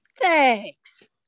Thanks